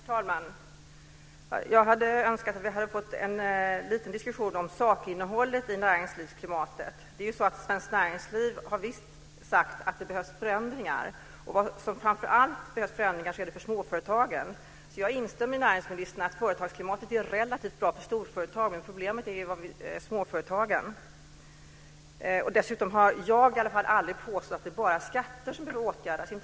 Herr talman! Jag hade önskat att vi hade fått en liten diskussion om sakinnehållet i frågan om näringslivsklimatet. Svenskt Näringsliv har visst sagt att det behövs förändringar. De som framför allt behöver förändringar är småföretagen. Jag instämmer med näringsministern i att företagsklimatet är relativt bra för storföretagen. De som har problem är småföretagen. Jag har i alla fall aldrig på något sätt påstått att det bara är skatter som behöver åtgärdas.